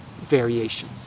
variation